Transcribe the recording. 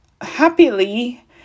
happily